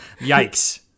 yikes